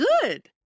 good